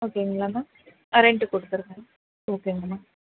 ஓகேங்களா மேம் ஆ ரென்ட்டு கொடுத்துருங்க ஓகேங்க மேம்